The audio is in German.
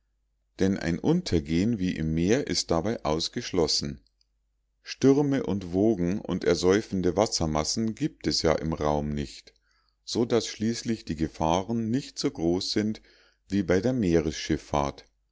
denn ein untergehen wie im meer ist dabei ausgeschlossen stürme und wogen und ersäufende wassermassen gibt es ja im raum nicht so daß schließlich die gefahren nicht so groß sind wie bei der